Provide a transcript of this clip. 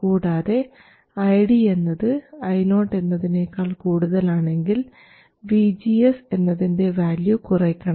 കൂടാതെ ID എന്നത് Io എന്നതിനേക്കാൾ കൂടുതലാണെങ്കിൽ VGS എന്നതിൻറെ വാല്യൂ കുറയ്ക്കണം